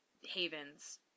Havens